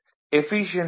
8 efficiency 98